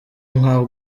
nka